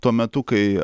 tuo metu kai